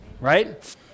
right